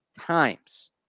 times